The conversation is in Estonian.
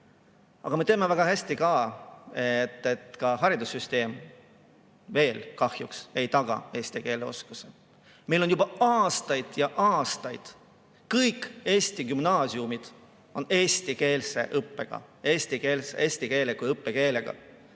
Aga me teame väga hästi, et haridussüsteem veel kahjuks ei taga eesti keele oskust. Meil on juba aastaid ja aastaid kõik Eesti gümnaasiumid olnud eestikeelse õppega, eesti keel on õppekeel.